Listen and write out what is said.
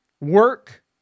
Work